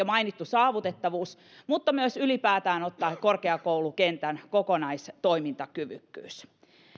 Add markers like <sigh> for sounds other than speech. <unintelligible> mainittu saavutettavuus mutta myös ylipäätään ottaen korkeakoulukentän kokonaistoimintakyvykkyys